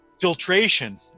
Filtration